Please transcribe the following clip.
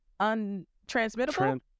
untransmittable